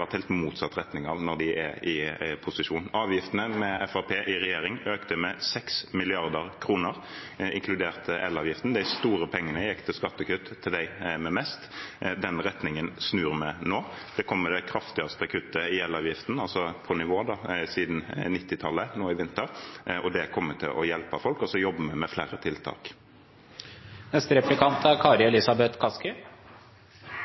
når de er posisjon. Med Fremskrittspartiet i regjering økte avgiftene med 6 mrd. kr, inkludert elavgiften. De store pengene gikk til skattekutt til dem med mest. Den retningen snur vi nå. Det kraftigste kuttet i elavgiften – altså i nivå – siden 1990-tallet kommer nå i vinter. Det kommer til å hjelpe folk, og vi jobber også med flere tiltak.